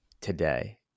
today